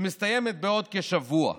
שמסתיימת בעוד כשבוע.